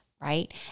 right